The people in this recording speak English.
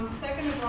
second of all,